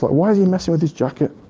like why is he messing with his jacket?